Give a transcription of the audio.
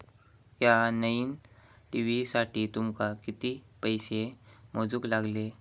या नईन टी.व्ही साठी तुमका किती पैसे मोजूक लागले?